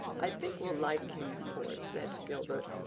i think we'll like kingsport, said gilbert.